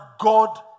God